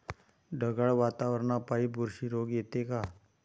ढगाळ वातावरनापाई बुरशी रोग येते का?